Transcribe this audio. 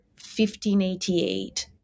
1588